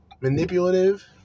manipulative